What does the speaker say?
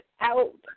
out